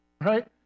right